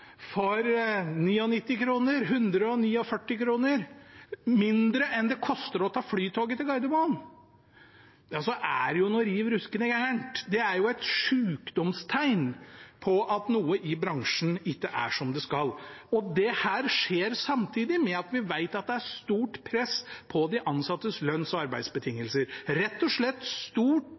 for 99 eller 149 kr, som er mindre enn det koster å ta flytoget til Gardermoen, er det noe riv ruskende galt. Det er et sykdomstegn, et tegn på at noe i bransjen ikke er som det skal være. Dette skjer samtidig som vi vet at det er stort press på de ansattes lønns- og arbeidsbetingelser. Det er rett og slett